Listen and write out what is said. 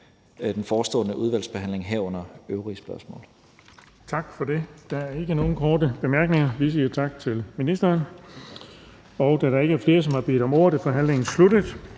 den forestående udvalgsbehandling, herunder til besvarelsen